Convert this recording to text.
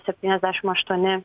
septyniasdešim aštuoni